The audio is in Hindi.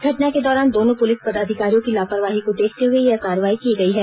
घटना के दौरान दोनों पुलिस पदाधिकारियों की लापरवाही को देखते हुए यह कार्रवाई की गयी है